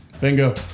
Bingo